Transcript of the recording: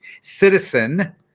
citizen